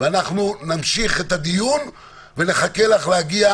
ואנחנו נמשיך את הדיון ונחכה שתגיעי,